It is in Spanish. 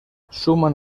suman